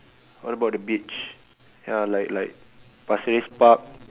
what about the beach ya like like pasir-ris park